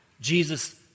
Jesus